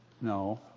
No